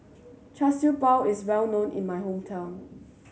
Char Siew Bao is well known in my hometown